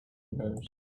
nerves